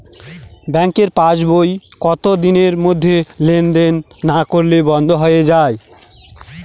ব্যাঙ্কের পাস বই কত দিনের মধ্যে লেন দেন না করলে বন্ধ হয়ে য়ায়?